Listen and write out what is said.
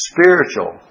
Spiritual